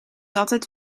altijd